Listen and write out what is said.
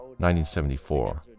1974